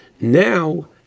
Now